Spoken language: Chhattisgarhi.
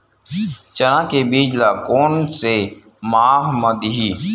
चना के बीज ल कोन से माह म दीही?